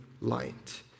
light